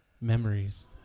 Memories